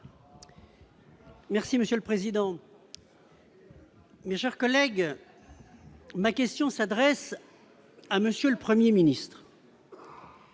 Merci monsieur le président. Oui, chers collègues, ma question s'adresse à monsieur le 1er ministre.